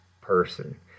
person